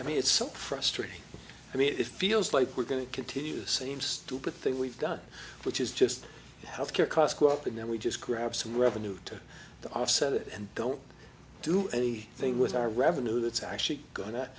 i mean it's so frustrating i mean it feels like we're going to continue the same stupid thing we've done which is just health care costs go up and then we just grab some revenue to to offset it and don't do any thing with our revenue that's actually go